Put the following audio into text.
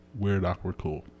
weirdawkwardcool